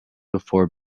before